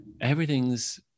everything's